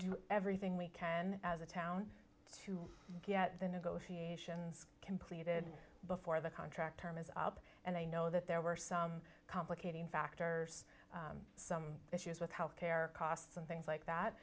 do everything we can as a town to get the negotiations completed before the contract term is up and i know that there were some complicating factors some issues with health care costs and things like that